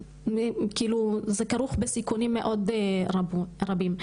זה כרוך בסיכונים רבים מאוד.